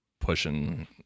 pushing